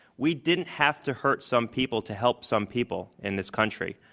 we didn't have to hurt some people to help some people in this country,